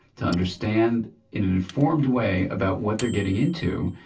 to understand informed way about what they're getting into,